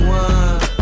one